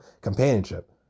companionship